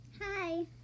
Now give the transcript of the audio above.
Hi